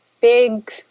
big